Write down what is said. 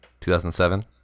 2007